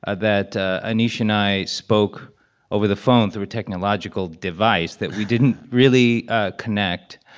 ah that ah aneesh and i spoke over the phone, through a technological device, that we didn't really ah connect.